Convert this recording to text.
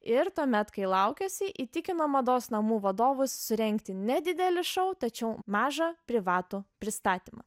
ir tuomet kai laukėsi įtikino mados namų vadovus surengti nedidelį šou tačiau mažą privatų pristatymą